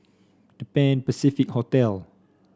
Pan Pacific Hotel